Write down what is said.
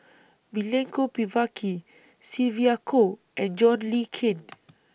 Milenko Prvacki Sylvia Kho and John Le Cain